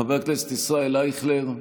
חבר הכנסת ישראל אייכלר,